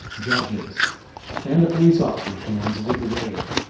judges and the police officers, the ones who did the raid,